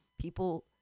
people